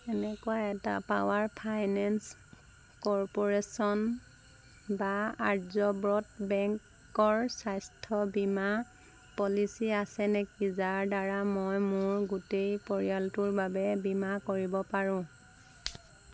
এনেকুৱা এটা power finance corporation বা আৰ্যব্ৰত বেংকৰ স্বাস্থ্য বীমা পলিচী আছে নেকি যাৰ দ্বাৰা মই মোৰ গোটেই পৰিয়ালটোৰ বাবে বীমা কৰিব পাৰোঁ